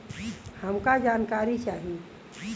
हमका जानकारी चाही?